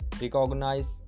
recognize